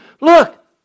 Look